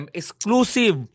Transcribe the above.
exclusive